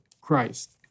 Christ